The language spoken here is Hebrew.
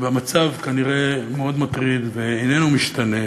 והמצב כנראה מאוד מטריד ואיננו משתנה.